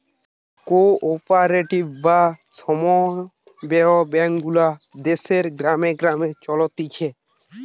co operative বা সমব্যায় bank গুলা দেশের গ্রামে গ্রামে চলতিছে